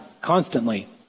Constantly